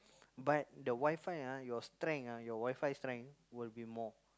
but the WiFi ah your strength ah your WiFi strength will be more